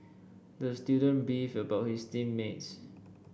the student beefed about his team mates